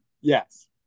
Yes